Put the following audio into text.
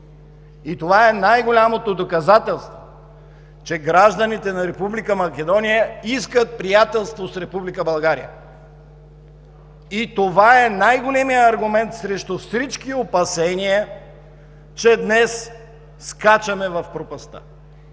И това е най-голямото доказателство, че гражданите на Република Македония искат приятелство с Република България и това е най-големият аргумент срещу всички опасения, че днес скачаме в пропастта.